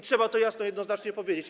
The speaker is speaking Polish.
Trzeba to jasno, jednoznacznie powiedzieć.